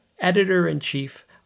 editor-in-chief